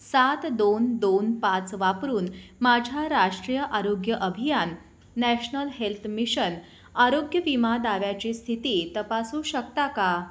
सात दोन दोन पाच वापरून माझ्या राष्ट्रीय आरोग्य अभियान नॅशनल हेल्त मिशन आरोग्य विमा दाव्याची स्थिती तपासू शकता का